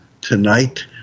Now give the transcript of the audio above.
tonight